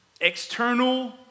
External